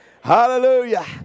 Hallelujah